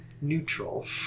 neutral